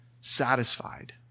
satisfied